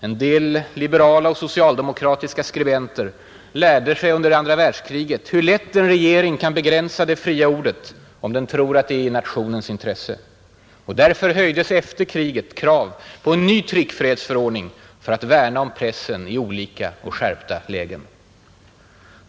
En del liberala och socialdemokratiska skribenter lärde sig under andra världskriget hur lätt en regering kan begränsa det fria ordet om den tror att det är i nationens intresse. Därför höjdes efter kriget krav på en ny tryckfrihetsförordning för att värna om pressen i olika och skärpta lägen.